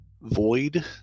void